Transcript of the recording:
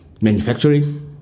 Manufacturing